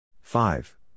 five